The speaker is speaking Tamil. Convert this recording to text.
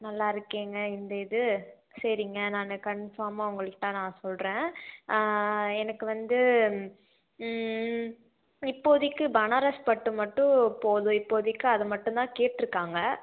நல்லா இருக்கேங்க இந்த இது சரிங்க நான் கன்ஃபாமாக உங்கள்கிட்ட நான் சொல்லுறேன் எனக்கு வந்து இப்போதைக்கு பனராஸ் பட்டு மட்டும் போதும் இப்போதைக்கு அது மட்டும் தான் கேட்டுருக்காங்க